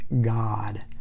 God